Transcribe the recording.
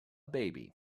baby